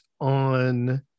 on